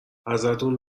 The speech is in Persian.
ازتون